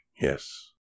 yes